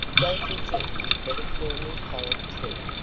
don't you think you'd better call me polly, too?